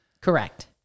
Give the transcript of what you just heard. correct